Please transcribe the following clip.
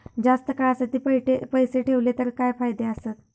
जास्त काळासाठी पैसे ठेवले तर काय फायदे आसत?